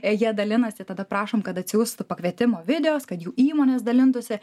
jie dalinasi tada prašom kad atsiųstų pakvietimo videos kad jų įmonės dalintųsi